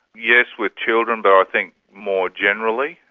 yes, with children, but i think more generally.